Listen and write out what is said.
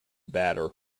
batter